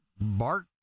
Bart